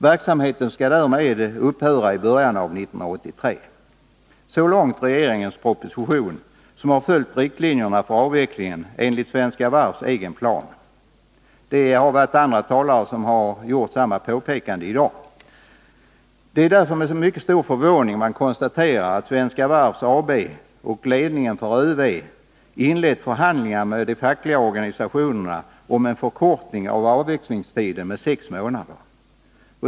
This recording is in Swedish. Verksamheten skall därmed upphöra i början av 1983. Så långt regeringens proposition som har följt riktlinjerna för avvecklingen enligt Svenska Varvs egen plan. Andra talare har gjort samma påpekande tidigare i dag. Det är därför med mycket stor förvåning som man konstaterar att Svenska Varv AB och ledningen för Öresundsvarvet inlett förhandlingar med de fackliga organisationerna om en förkortning av avvecklingstiden med sex månader.